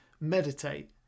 meditate